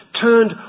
turned